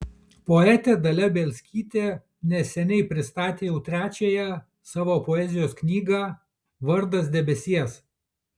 poetė dalia bielskytė neseniai pristatė jau trečiąją savo poezijos knygą vardas debesies